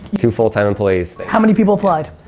two full time employees. how many people applied?